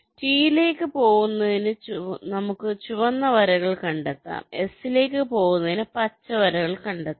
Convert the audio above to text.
T ലേക്ക് പോകുന്നതിന് നമുക്ക് ചുവന്ന വരകൾ കണ്ടെത്താം S ലേക്ക് പോകുന്നതിന് പച്ച വരകൾ കണ്ടെത്താം